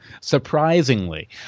Surprisingly